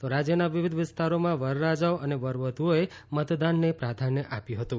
તો રાજ્યના વિવિધ વિસ્તારોમા વરરાજાઓ અને વરવધુઓએ મતદાનને પ્રાધાન્ય આપ્યું હતું